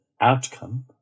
outcome